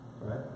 Right